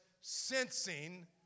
sensing